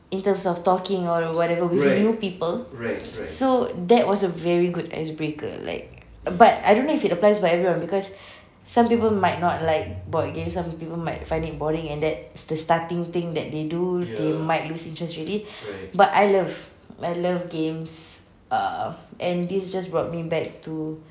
in terms of talking or whatever with new people so that was a very good ice breaker like but I don't know if it applies for everyone because some people might not like board games some people might find it boring and that's the starting thing that they do they might lose interest already but I love I love games err and this just brought me back to